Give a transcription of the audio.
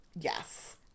Yes